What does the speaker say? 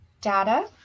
data